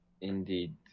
indeed